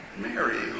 Mary